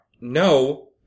No